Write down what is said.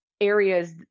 areas